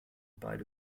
beide